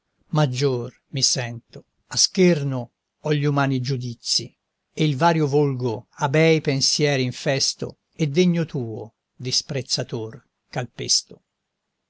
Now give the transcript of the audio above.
maggior mi sento a scherno ho gli umani giudizi e il vario volgo a bei pensieri infesto e degno tuo disprezzator calpesto